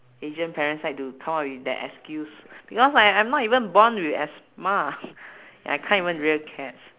asian parents like to come up with that excuse because I I'm not even born with asthma and I can't even rear cats